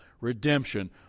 redemption